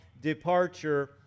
departure